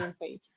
page